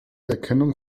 erkennung